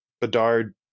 Bedard